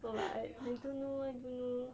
so like I don't know I don't know lah